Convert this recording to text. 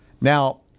Now